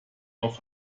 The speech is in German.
auf